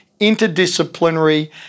interdisciplinary